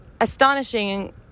astonishing